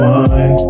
one